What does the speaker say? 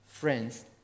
Friends